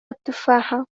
التفاحة